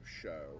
show